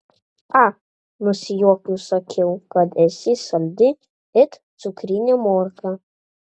a nusijuokiau sakiau kad esi saldi it cukrinė morka